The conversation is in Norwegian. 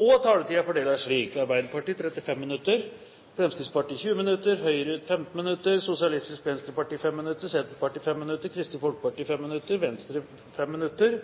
og at taletiden fordeles slik: Arbeiderpartiet 35 minutter, Fremskrittspartiet 20 minutter, Høyre 15 minutter, Sosialistisk Venstreparti 5 minutter, Senterpartiet 5 minutter, Kristelig Folkeparti 5 minutter, Venstre 5 minutter